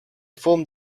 formed